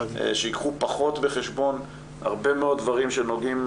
שייקחו פחות בחשבון הרבה מאוד דברים שנוגעים